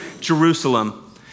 Jerusalem